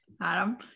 Adam